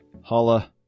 holla